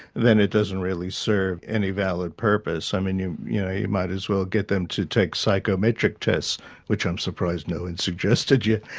then it doesn't really serve any valid purpose. i mean, you you know, you might as well get them to take psychometric tests which i'm surprised no one's and suggested yet,